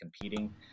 competing